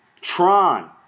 Tron